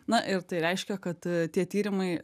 na ir tai reiškia kad tie tyrimai